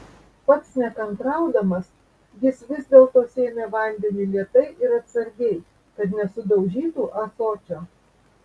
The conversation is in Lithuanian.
pats nekantraudamas jis vis dėlto sėmė vandenį lėtai ir atsargiai kad nesudaužytų ąsočio